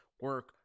Work